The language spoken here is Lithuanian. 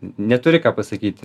neturi ką pasakyti